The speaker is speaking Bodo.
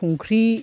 संख्रि